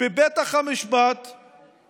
בפתח בית המשפט,